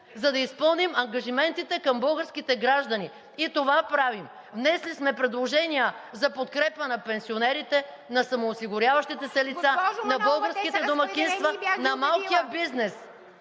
за да изпълним ангажиментите към българските граждани. И това правим. Внесли сме предложения за подкрепа на пенсионерите, на самоосигуряващите се лица, на българските домакинства...